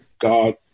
God